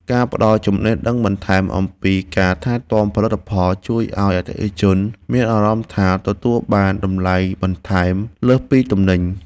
ការផ្តល់ចំណេះដឹងបន្ថែមអំពីការថែទាំផលិតផលជួយឱ្យអតិថិជនមានអារម្មណ៍ថា ទទួលបានតម្លៃបន្ថែមលើសពីទំនិញ។